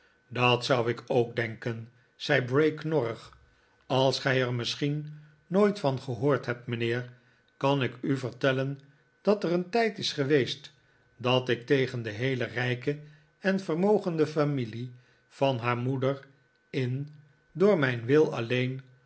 dat zou ik ook denken zei bray knorrig als gij er misschien nooit van gehoord hebt mijnheer kan ik u vertellen dat er een tijd is geweest dat ik tegen de heele rijke en vermogende familie van haar moeder in door mijn wil alleen